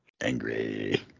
Angry